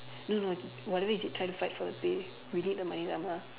no no whatever is it try to fight for the pay we need the money Dharma